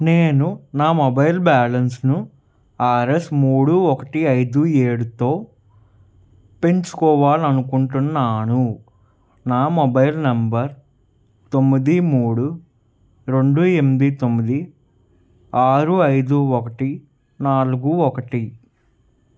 నేను నా మొబైల్ బ్యాలెన్స్ను ఆర్ఎస్ మూడు ఒకటి ఐదు ఏడుతో పెంచుకోవాలనుకుంటున్నాను నా మొబైల్ నెంబర్ తొమ్మిది మూడు రెండు ఎనిమిది తొమ్మిది ఆరు ఐదు ఒకటి నాలుగు ఒకటి